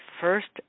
first